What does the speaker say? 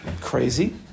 crazy